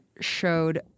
showed